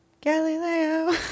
Galileo